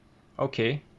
okay